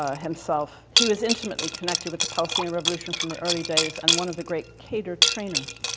ah himself. he was intimately connected with the palestinian revolution from the early days, and one of the great cadre trainers.